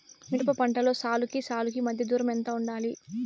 మిరప పంటలో సాలుకి సాలుకీ మధ్య దూరం ఎంత వుండాలి?